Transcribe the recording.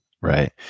Right